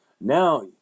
Now